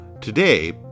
Today